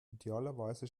idealerweise